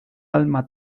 alma